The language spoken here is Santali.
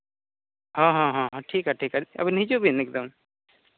ᱦᱮᱸ ᱦᱮᱸ ᱴᱷᱤᱠᱼᱟ ᱴᱷᱤᱠᱼᱟ ᱟᱹᱵᱤᱱ ᱦᱤᱡᱩᱜ ᱵᱤᱱ ᱮᱠᱫᱚᱢ